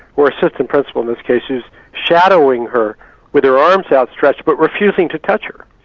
or assistant principal in this case, who's shadowing her with her arms outstretched but refusing to touch her,